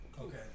Okay